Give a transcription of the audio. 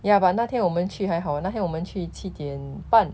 ya but 那天我们去还好那天我们去七点半